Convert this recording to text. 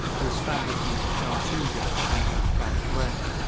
the establishment of shah soojah on the afghan throne.